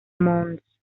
mons